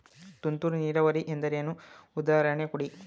ತುಂತುರು ನೀರಾವರಿ ಎಂದರೇನು, ಉದಾಹರಣೆ ಕೊಡಿ?